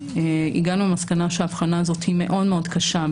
הגענו למסקנה שההבחנה הזאת מאוד מאוד קשה.